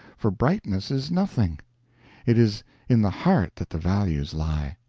for brightness is nothing it is in the heart that the values lie.